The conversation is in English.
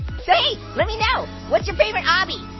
say, let me know, what's your favorite obby?